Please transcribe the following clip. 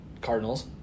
Cardinals